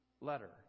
letter